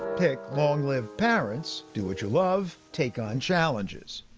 pick long-lived parents, do what you love, take on challenges.